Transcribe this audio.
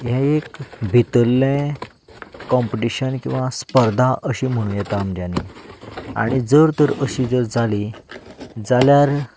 हें एक भितरलें काँपीटिशन किंवा स्पर्धा अशें म्हणू येता आमच्यांनी आनी जर तर अशें जर जाली जाल्यार